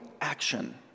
action